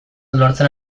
lortzen